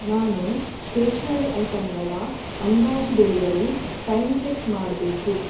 ನಾನು ಸ್ಟೇಶ್ನರಿ ಐಟಮ್ಗಳ ಅಂದಾಜು ಡೆಲಿವರಿ ಟೈಮ್ ಚೆಕ್ ಮಾಡಬೇಕು